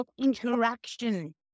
interaction